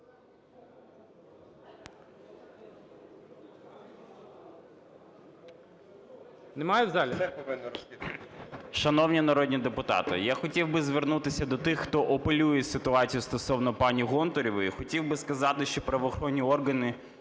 Немає в залі?